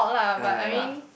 ah ya lah